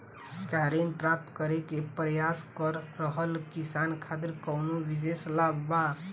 का ऋण प्राप्त करे के प्रयास कर रहल किसान खातिर कउनो विशेष लाभ बा?